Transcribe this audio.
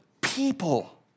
people